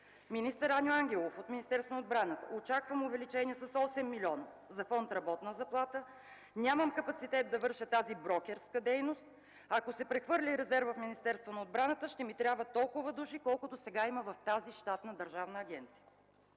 Министър Аню Ангелов от Министерството на отбраната: „Очаквам увеличение с 8 млн. лв. за Фонд „Работна заплата”. Нямам капацитет да върша тази брокерска дейност. Ако се прехвърли резервът в Министерството на отбраната, ще ми трябват толкова души, колкото сега има в тази щатна държавна агенция”.